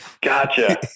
Gotcha